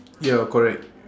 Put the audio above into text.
ya correct